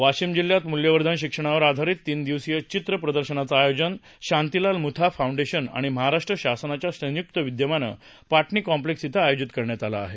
वाशीम जिल्ह्यात मूल्यवर्धन शिक्षणावर आधारित तीन दिवसीय चित्र प्रदर्शनाचं आयोजन शांतीलाल मुथा फाऊंडेशन आणि महाराष्ट्र शासनाच्या संयुक्त विद्यमाने पा शी कॉम्प्लेक्स क्वे आयोजित केलं आहे